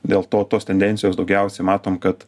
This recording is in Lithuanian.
dėl to tos tendencijos daugiausia matom kad